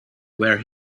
where